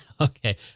Okay